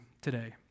today